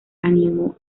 animó